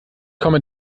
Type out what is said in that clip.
komme